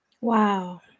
Wow